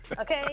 Okay